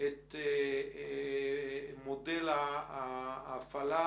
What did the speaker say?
את מודל ההפעלה,